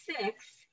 six